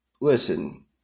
listen